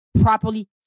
properly